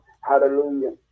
Hallelujah